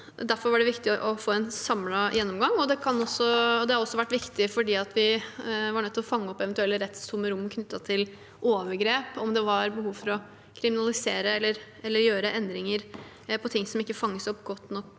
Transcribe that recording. Derfor var det viktig å få en samlet gjennomgang, og det har også vært viktig fordi vi var nødt til å fange opp eventuelle rettstomme rom knyttet til overgrep, om det var behov for å kriminalisere eller gjøre endringer på ting som ikke fanges opp godt nok